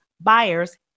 buyers